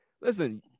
Listen